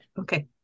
Okay